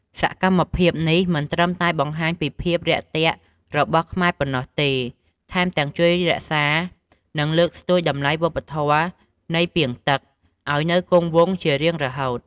សកម្មភាពនេះមិនត្រឹមតែបង្ហាញពីភាពរាក់ទាក់របស់ខ្មែរប៉ុណ្ណោះទេ ថែមទាំងជួយរក្សា និងលើកស្ទួយតម្លៃវប្បធម៌នៃ ពាងទឹក ឲ្យនៅគង់វង្សជារៀងរហូត។